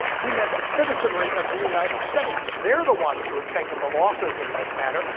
he meant the citizenry of the united states, they're the ones who have taken the losses in this matter.